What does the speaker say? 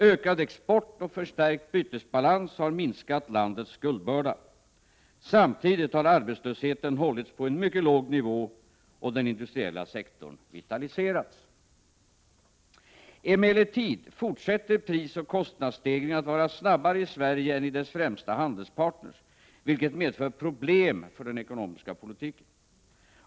Ökad export och förstärkt bytesbalans har minskat landets skuldbörda. Samtidigt har arbetslösheten hållits på en mycket låg nivå och den industriella sektorn vitaliserats. Emellertid fortsätter prisoch kostnadsstegringen att vara snabbare i Sverige än i dess främsta handelspartners, vilket medför problem för den ekonomiska politiken.